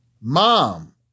Mom